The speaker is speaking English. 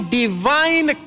divine